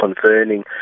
concerning